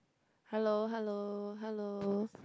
hello hello hello